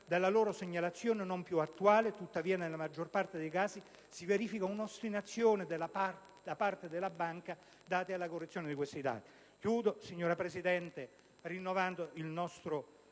della loro segnalazione non più attuale; tuttavia, nella maggior parte dei casi si verifica un'ostinazione da parte della banca dati alla non correzione di questi dati. Chiudo, signora Presidente, ribadendo il nostro